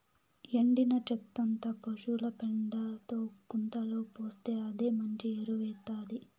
ఎండిన చెత్తంతా పశుల పెండతో గుంతలో పోస్తే అదే మంచి ఎరువౌతాది